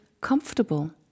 comfortable